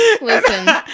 listen